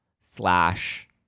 slash